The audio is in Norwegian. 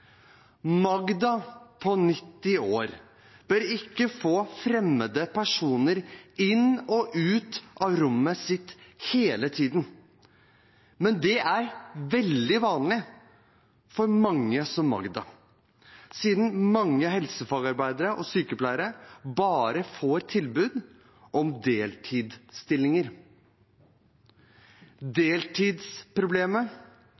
Magda på 90 år bør ikke få fremmede personer inn og ut av rommet sitt hele tiden, men det er veldig vanlig for mange som Magda, siden mange helsefagarbeidere og sykepleiere bare får tilbud om deltidsstillinger.